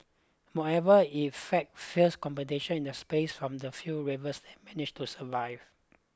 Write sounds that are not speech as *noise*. moreover it faced fierce competition in the space from the few *unintelligible* that managed to survive